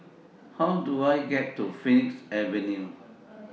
How Do I get to Phoenix Avenue